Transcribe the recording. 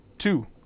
Two